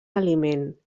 aliment